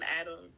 Adam